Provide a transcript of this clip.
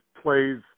plays